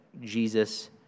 Jesus